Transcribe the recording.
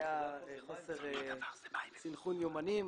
סנכרון יומנים.